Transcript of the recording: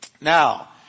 Now